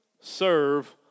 serve